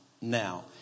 now